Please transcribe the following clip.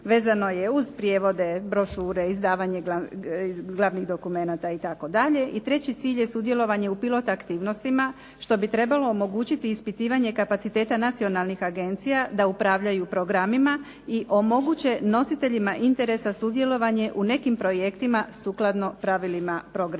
vezano je uz prijevode, brošure, izdavanje glavnih dokumenta itd. I treći cilj je sudjelovanje u pilot aktivnostima što bi trebalo omogućiti ispitivanje kapaciteta nacionalnih agencija da upravljaju programima i omoguće nositeljima interesa sudjelovanje u nekim projektima sukladno pravilima programa.